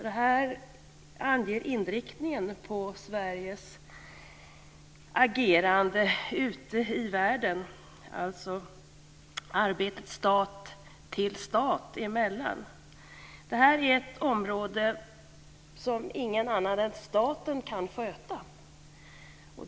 Det anger inriktningen på Sveriges agerande ute i världen, dvs. arbetet stat till stat. Det här är ett område som ingen annan än staten kan sköta.